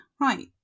Right